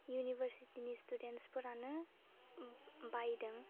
इउनिभार्सिटिनि स्टुडेन्टसफोरानो ओम बायदों